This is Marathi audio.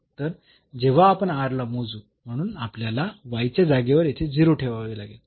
तर जेव्हा आपण ला मोजू म्हणून आपल्याला च्या जागेवर येथे ठेवावे लागेल